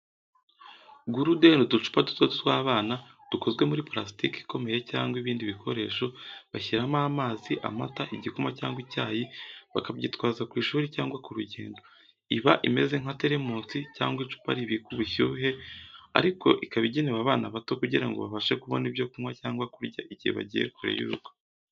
Gurude ni uducupa duto tw’abana, dukozwe muri plastic ikomeye cyangwa ibindi bikoresho, bashyiramo amazi, amata, igikoma cyangwa icyayi bakabyitwaza ku ishuri cyangwa ku rugendo. Iba imeze nka telemusi cyangwa icupa ribika ubushyuhe, ariko ikaba igenewe abana bato kugira ngo babashe kubona ibyo kunywa cyangwa kurya igihe bagiye kure y’urugo.